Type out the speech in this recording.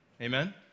Amen